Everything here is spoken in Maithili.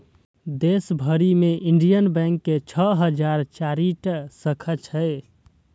देश भरि मे इंडियन बैंक के छह हजार चारि टा शाखा छै